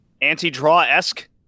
anti-draw-esque